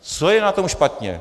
Co je na tom špatně?